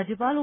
રાજ્યપાલ ઓ